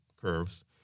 curves